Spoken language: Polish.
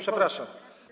Przepraszam.